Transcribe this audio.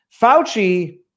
fauci